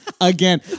Again